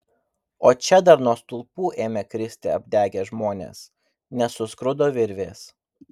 o čia dar nuo stulpų ėmė kristi apdegę žmonės nes suskrudo virvės